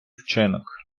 вчинок